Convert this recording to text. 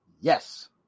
Yes